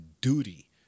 duty